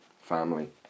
family